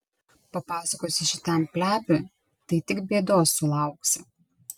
papasakosi šitam plepiui tai tik bėdos sulauksi